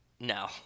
No